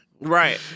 Right